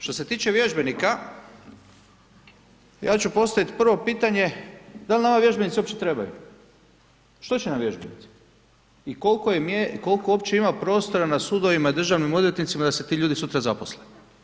Što se tiče vježbenika, ja ću postaviti prvo pitanje, dal nama vježbenici uopće trebaju, što će nam vježbenici i koliko uopće ima prostora na sudovima i državnim odvjetnicima da se ti ljudi sutra zaposle.